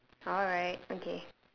alright okay